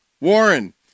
Warren